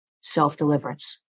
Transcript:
self-deliverance